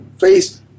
face